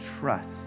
trust